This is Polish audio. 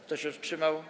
Kto się wstrzymał?